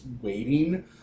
waiting